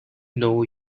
know